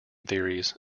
theories